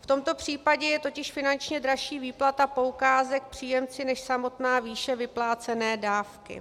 V tomto případě je totiž finančně dražší výplata poukázek příjemci než samotná výše vyplácené dávky.